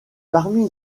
parmi